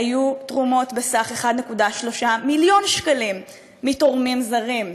היו תרומות בסך 1.3 מיליון שקלים מתורמים זרים.